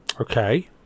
Okay